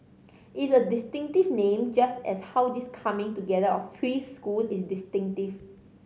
it's a distinctive name just as how this coming together of three schools is distinctive